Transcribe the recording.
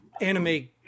anime